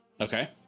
Okay